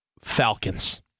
Falcons